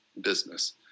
business